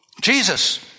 Jesus